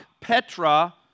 Petra